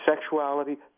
sexuality